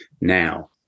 Now